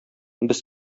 без